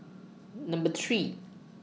Number three